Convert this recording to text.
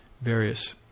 various